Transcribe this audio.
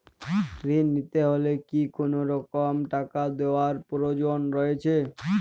ঋণ নিতে হলে কি কোনরকম টাকা দেওয়ার প্রয়োজন রয়েছে?